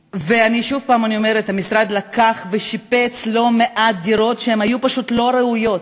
50%. אני שוב אומרת: המשרד לקח ושיפץ לא מעט דירות שהיו פשוט לא ראויות.